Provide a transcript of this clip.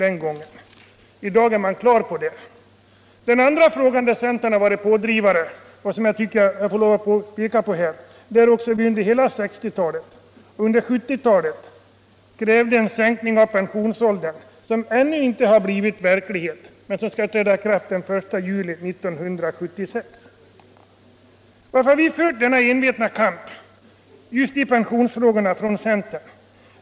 En annan fråga där centern varit pådrivare gäller sänkningen av den allmänna pensionsåldern. Vi har under hela 1960 och 1970-talen krävt en sådan sänkning. Den har ännu inte blivit verklighet, men der kommer att träda i kraft den 1 juli 1976. Varför har vi i centern fört denna envetna kamp just när det gäller pensionsfrågorna?